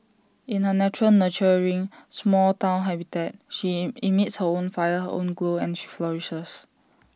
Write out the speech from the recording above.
in her natural nurturing small Town habitat she emits her own fire her own glow and she flourishes